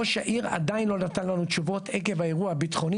ראש העיר עדיין לא נתן תשובות עקב האירוע הביטחוני